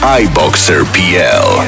iboxerpl